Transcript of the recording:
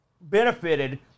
benefited